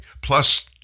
plus